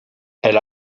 elle